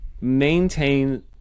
maintain